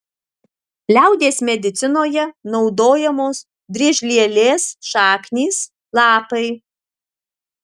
liaudies medicinoje naudojamos driežlielės šaknys lapai